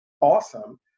awesome